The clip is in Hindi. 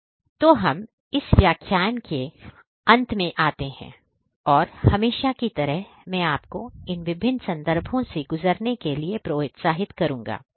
तू हम इस व्याख्यान के अंत में आते हैं और हमेशा की तरह मैं आपको इन विभिन्न संदर्भों से गुजरने के लिए प्रोत्साहित करूंगा